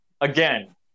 again